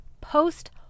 post